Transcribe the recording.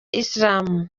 islamu